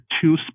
two